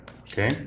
Okay